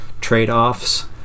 trade-offs